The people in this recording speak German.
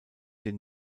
den